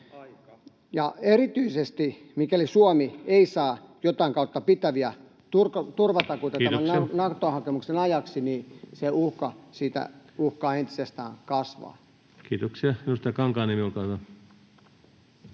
Ja erityisesti, mikäli Suomi ei saa jotain kautta pitäviä turvatakuita [Puhemies: Kiitoksia!] Nato-hakemuksen ajaksi, se uhka siitä uhkaa entisestään kasvaa. Kiitoksia.